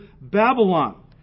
Babylon